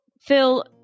phil